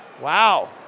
Wow